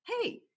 hey